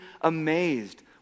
amazed